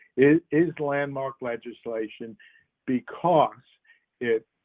it is landmark legislation because it